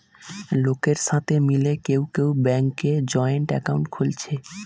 লোকের সাথে মিলে কেউ কেউ ব্যাংকে জয়েন্ট একাউন্ট খুলছে